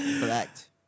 Correct